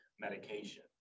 medication